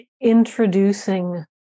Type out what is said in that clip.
introducing